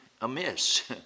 amiss